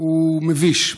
הוא מביש.